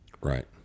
Right